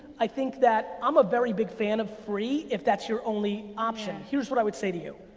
i think that i'm a very big fan of free if that's your only option. here's what i would say to you.